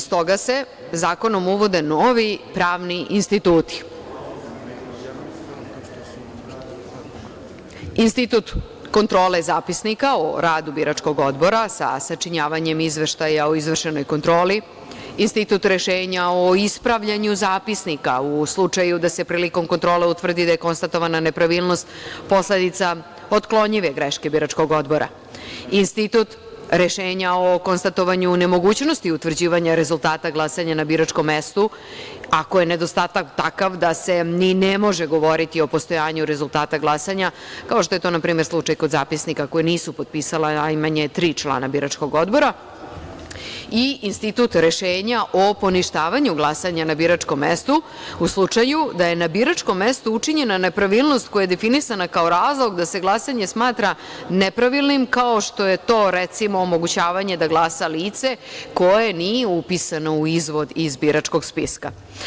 S toga se zakonom uvode novi pravni instituti, institut kontrole zapisnika o radu biračkog odbora sa sačinjavanjem izveštaja o izvršenoj kontroli, institut rešenja o ispravljanju zapisnika u slučaju da se prilikom kontrole utvrdi da je konstatovana nepravilnost posledica otklonjive greške biračkog odbora, institut rešenja o konstatovanju nemogućnosti utvrđivanja rezultata glasanja na biračkom mestu, ako je nedostatak takav da se ni ne može govoriti o postojanju rezultata glasanja, kao što je to na primer slučaj kod zapisnika koji nisu potpisala najmanje tri člana biračkog odbora i institut rešenja o poništavanju glasanja na biračkom mestu u slučaju da je na biračkom mestu učinjena nepravilnost koja je definisana kao razlog da se glasanje smatra nepravilnim, kao što je to, recimo, omogućavanje da glasa lice koje nije upisano u izvod iz biračkog spiska.